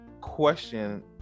question